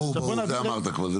ברור, את זה כבר אמרת.